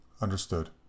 Understood